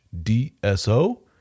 DSO